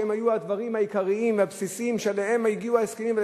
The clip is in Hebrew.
שהם היו הדברים העיקריים והבסיסיים שעליהם הגיעו ההסכמים,